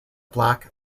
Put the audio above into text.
black